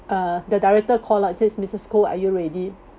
uh the director call lah he says missus koh are you ready